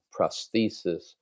prosthesis